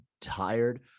tired